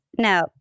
no